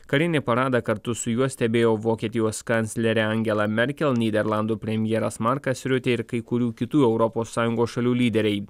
karinį paradą kartu su juo stebėjo vokietijos kanclerė angela merkel nyderlandų premjeras markas riutė ir kai kurių kitų europos sąjungos šalių lyderiai